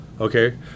okay